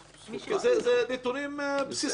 זה נתונים בסיסיים.